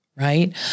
Right